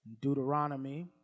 Deuteronomy